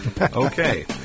Okay